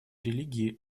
религии